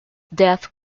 death